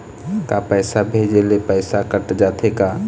का पैसा भेजे ले पैसा कट जाथे का?